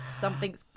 something's